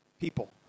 people